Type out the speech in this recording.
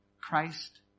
Christ